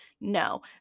No